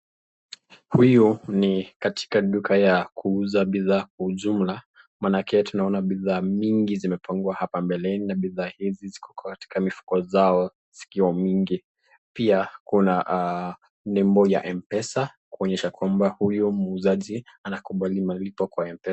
Huyu ni katika duka ya kuuza bidhaa kwa jumla. Maanake tunaona bidhaa mingi zimepangwa hapa mbeleni na bidhaa hizi ziko katika mifuko zao zikiwa mingi. Pia kuna nembo ya M-Pesa kuonyesha kwamba huyu muuzaji anakubali malipo kwa M-Pesa.